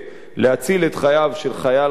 להציל את חייו של חייל חטוף,